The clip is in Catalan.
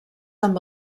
amb